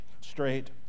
straight